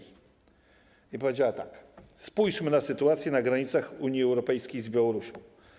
I powiedziała tak: Spójrzmy na sytuację na granicy Unii Europejskiej z Białorusią.